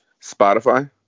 Spotify